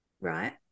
right